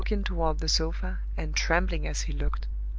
looking toward the sofa, and trembling as he looked.